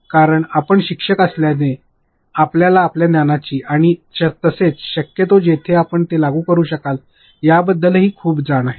कारण आपण शिक्षक असल्याने आपल्याला आपल्या ज्ञानाची आणि तसेच शक्यतो जिथे आपण ते लागू करू शकाल त्याबद्दलही खूप जाण आहे